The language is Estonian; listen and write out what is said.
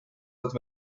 tõttu